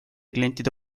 klientide